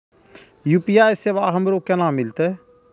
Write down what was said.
UPI सेवा हमरो केना मिलते?